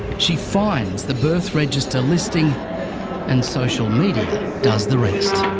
she finds the birth register listing and social media does the rest.